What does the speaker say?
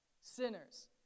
sinners